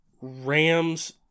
Rams